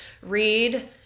read